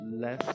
less